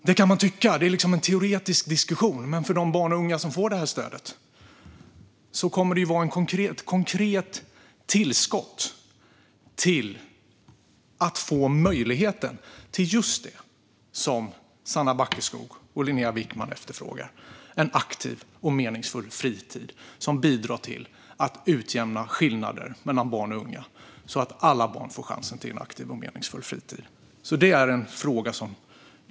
Det kan man tycka i en teoretisk diskussion, men för de barn och unga som får detta stöd kommer det att vara ett konkret tillskott till just det som Sanna Backeskog och Linnéa Wickman efterfrågar, nämligen en aktiv och meningsfull fritid som bidrar till att utjämna skillnader för barn och unga.